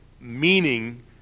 meaning